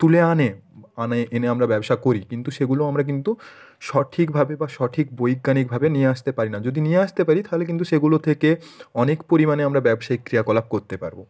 তুলে আনে আনে এনে আমরা ব্যবসা করি কিন্তু সেগুলো আমরা কিন্তু সঠিকভাবে বা সঠিক বৈজ্ঞানিকভাবে নিয়ে আসতে পারি না যদি নিয়ে আসতে পারি থাহলে কিন্তু সেগুলো থেকে অনেক পরিমাণে আমরা ব্যবসায়িক ক্রিয়াকলাপ করতে পারবো